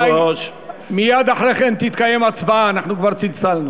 מייד אחרי כן תתקיים הצבעה, אנחנו כבר צלצלנו.